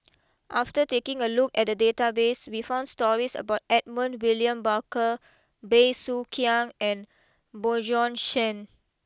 after taking a look at the database we found stories about Edmund William Barker Bey Soo Khiang and Bjorn Shen